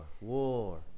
War